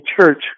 church